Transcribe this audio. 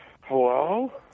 Hello